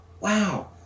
Wow